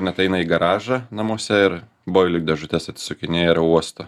net eina į garažą namuose ir boilių dėžutes atsukinėja ir uosto